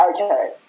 Okay